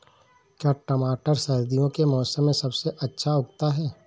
क्या टमाटर सर्दियों के मौसम में सबसे अच्छा उगता है?